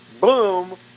boom